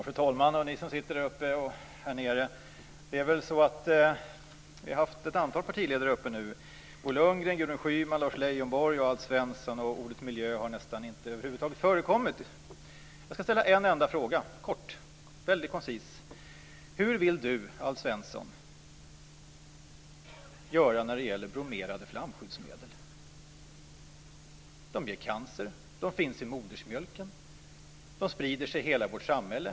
Fru talman, åhörare och ledamöter! Ett antal partiledare har nu varit uppe - Bo Lundgren, Gudrun Schyman, Lars Leijonborg och Alf Svensson - och ordet miljö har över huvud taget knappast nämnts. Jag ska kort och koncist ställa en enda fråga: Hur vill Alf Svensson göra när det gäller bromerade flamskyddsmedel? De ger cancer, de finns i modersmjölken och de sprider sig i hela vårt samhälle.